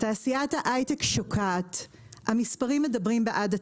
תעשיית ההייטק שוקעת, המספרים מדברים בעד עצמם: